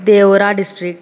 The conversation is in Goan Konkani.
देवरा डिस्ट्रीक्ट